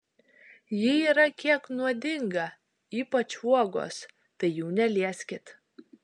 ji yra kiek nuodinga ypač uogos tai jų nelieskit